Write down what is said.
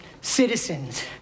citizens